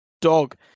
dog